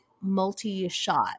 multi-shot